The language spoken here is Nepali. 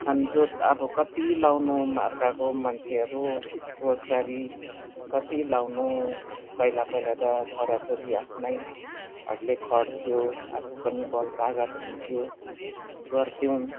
खनजोत अब कति लगाउनु अर्काको मान्छेहरू रोजगारी कति लगाउनु पहिला पहिला त छोरा छोरी आफ्नैहरूले खट्थ्यो आफू पनि बल तागत हुन्थ्यो गर्थ्यौँ